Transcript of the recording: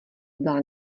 byla